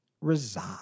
reside